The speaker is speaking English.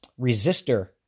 resistor